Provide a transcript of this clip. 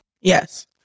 Yes